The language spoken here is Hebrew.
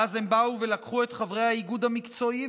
ואז הם באו ולקחו את חברי האיגוד המקצועי,